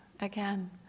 Again